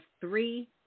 three